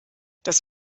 das